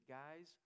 guys